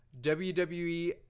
WWE